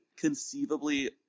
conceivably